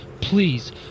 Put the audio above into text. please